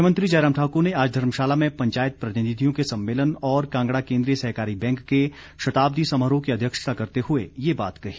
मुख्यमंत्री जयराम ठाकुर ने आज धर्मशाला में पंचायत प्रतिनिधियों के सम्मेलन और कांगड़ा केंद्रीय सहकारी बैंक के शताब्दी समारोह की अध्यक्षता करते हुए ये बात कही